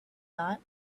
thought